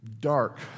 dark